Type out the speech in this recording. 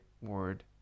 word